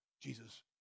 Jesus